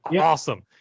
awesome